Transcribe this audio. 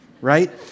right